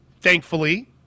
thankfully